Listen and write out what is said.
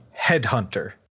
Headhunter